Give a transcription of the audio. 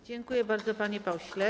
Dziękuję bardzo, panie pośle.